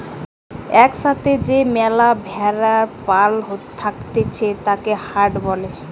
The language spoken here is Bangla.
এক সাথে যে ম্যালা ভেড়ার পাল থাকতিছে তাকে হার্ড বলে